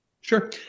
Sure